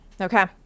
Okay